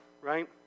right